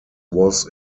was